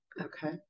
Okay